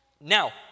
Now